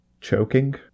choking